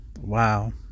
Wow